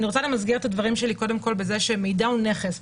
אני רוצה למסגר את הדברים שלי קודם כול בזה שמידע הוא נכס,